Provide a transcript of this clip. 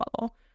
level